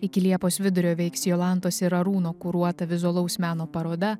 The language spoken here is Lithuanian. iki liepos vidurio veiks jolantos ir arūno kuruota vizualaus meno paroda